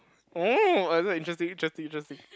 orh like that interesting interesting interesting